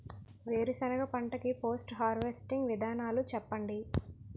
వేరుసెనగ పంట కి పోస్ట్ హార్వెస్టింగ్ విధానాలు చెప్పండీ?